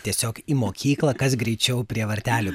tiesiog į mokyklą kas greičiau prie vartelių